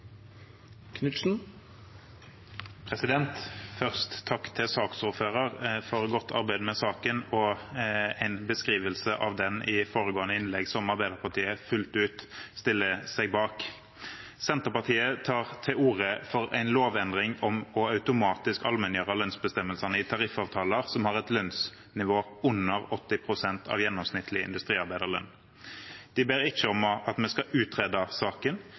beskrivelse av den i foregående innlegg som Arbeiderpartiet fullt ut stiller seg bak. Senterpartiet tar til orde for en lovendring om automatisk å allmenngjøre lønnsbestemmelsene i tariffavtaler som har et lønnsnivå på under 80 pst. av gjennomsnittlig industriarbeiderlønn. De ber ikke om at vi skal utrede